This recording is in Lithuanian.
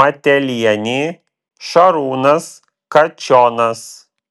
matelienė šarūnas kačionas